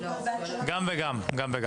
גם וגם.